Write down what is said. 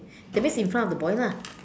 that means in front of the boy lah